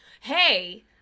hey